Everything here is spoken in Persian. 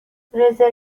رزرو